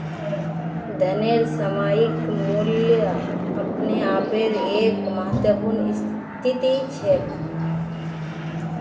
धनेर सामयिक मूल्य अपने आपेर एक महत्वपूर्ण स्थिति छेक